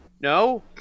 no